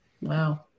Wow